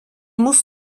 muss